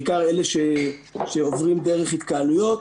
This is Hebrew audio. בעיקר אלה שעוברים דרך התקהלויות,